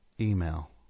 email